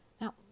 Now